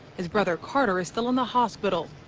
his brother carter is still in the hospital.